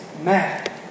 mad